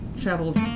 traveled